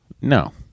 No